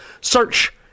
Search